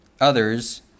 others